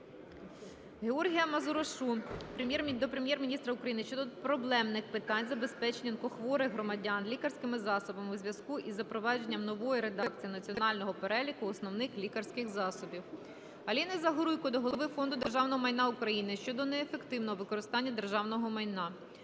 Георгія Мазурашу до Прем'єр-міністра України щодо проблемних питань забезпечення онкохворих громадян лікарськими засобами у зв'язку із запровадженням нової редакції Національного переліку основних лікарських засобів. Аліни Загоруйко до голови Фонду державного майна України щодо неефективного використання державного майна.